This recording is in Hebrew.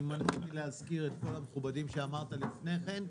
אני מנוע מלהזכיר את כל המכובדים שאמרת לפני כן,